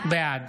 בעד